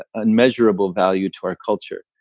unmeasurable value to our culture.